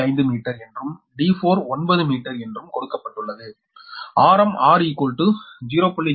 5 metre என்றும் d4 9 metre என்றும் கொடுக்கப்பட்டுள்ளது ஆறாம் r 0